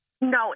No